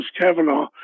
Kavanaugh